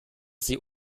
sie